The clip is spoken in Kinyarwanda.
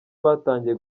batangiye